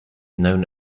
known